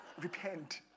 Repent